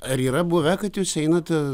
ar yra buvę kad jūs einate